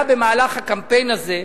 היה במהלך הקמפיין הזה,